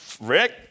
Rick